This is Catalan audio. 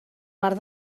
bar